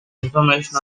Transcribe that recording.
information